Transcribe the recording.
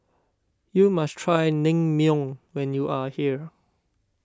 you must try Naengmyeon when you are here